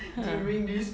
uh